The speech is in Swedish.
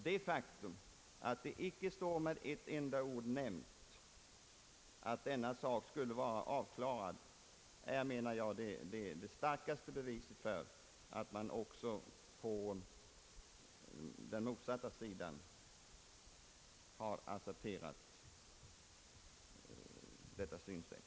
Det faktum att inte ett enda ord har nämnts om detta är, menar jag, det starkaste beviset för att man också på den motsatta sidan har accepterat detta synsätt.